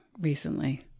recently